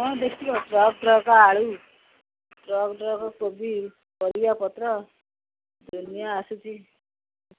ହଁ ଦେଖିବ truck truck ଆଳୁ ଟ୍ରକ୍ ଟ୍ରକ୍ କୋବି ପରିବାପତ୍ର ଦୁନିଆ ଆସୁଛି